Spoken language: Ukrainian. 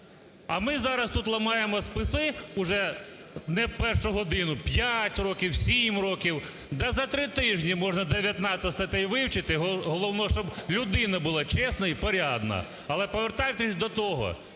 А ми зараз тут ламаємо списи уже не першу годину: 5 років, 7 років – та за три тижні можна 19 статей вивчити, головне, щоб людина була чесна і порядна. Але, повертаючись до того,